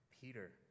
Peter